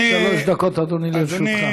שלוש דקות, אדוני, לרשותך.